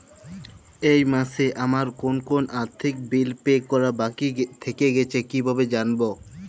এই মাসে আমার কোন কোন আর্থিক বিল পে করা বাকী থেকে গেছে কীভাবে জানব?